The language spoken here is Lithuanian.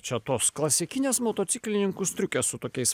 čia tos klasikinės motociklininkų striukės su tokiais